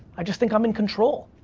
i just think i'm in control.